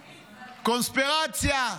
קונספירציה,